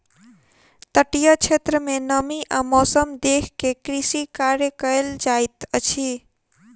तटीय क्षेत्र में नमी आ मौसम देख के कृषि कार्य कयल जाइत अछि